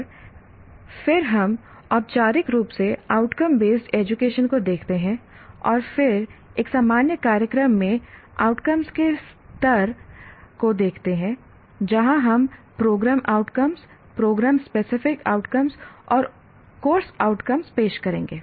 और फिर हम औपचारिक रूप से आउटकम बेस्ड एजुकेशन को देखते हैं और फिर एक सामान्य कार्यक्रम में आउटकम के स्तर को देखते हैं जहाँ हम programme outcome programme specific outcome और कोर्स आउटकम पेश करेंगे